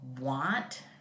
want